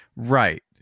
Right